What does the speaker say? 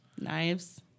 Knives